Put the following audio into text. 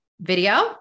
video